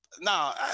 now